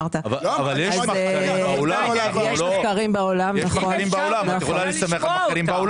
מחקרים בעולם, את יכולה להסתמך עליהם.